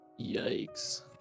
Yikes